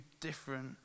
different